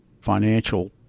financial